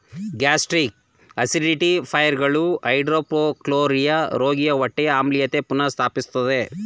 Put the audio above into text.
gastric ಆಸಿಡಿಫೈಯರ್ಗಳು hypochlorhydria ರೋಗಿಯ ಹೊಟ್ಟೆಯ ಆಮ್ಲೀಯತೆ ಪುನಃ ಸ್ಥಾಪಿಸ್ತದೆ